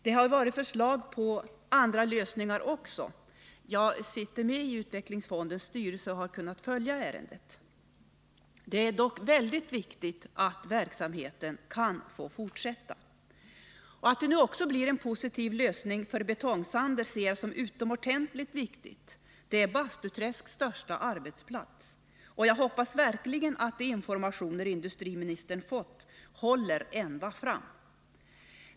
Det har lagts fram förslag också på en annan lösning — jag sitter med i utvecklingsfondens styrelse och har kunnat följa ärendet. Huvudsaken är dock att verksamheten kan fortsätta. Att det nu blir en positiv lösning också för Betong-Sander ser jag som utomordentligt viktigt, för det är Bastuträsks största arbetsplats. Jag hoppas verkligen att de informationer industriministern fått håller ända fram.